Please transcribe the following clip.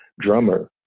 drummer